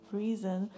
reason